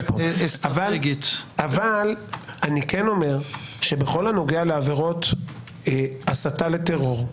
פה בכל הנוגע לעבירות הסתה לטרור,